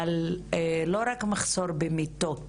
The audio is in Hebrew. לא רק על מחסור במיטות